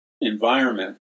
environment